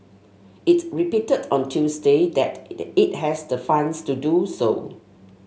it repeated on Tuesday that it has the funds to do so